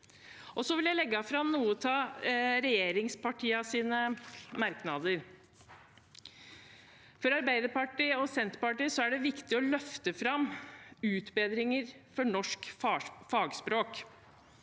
jeg legge fram noen av regjeringspartienes merknader. For Arbeiderpartiet og Senterpartiet er det viktig å løfte fram utbedringer for norsk fagspråk.